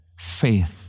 faith